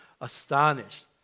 astonished